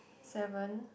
seven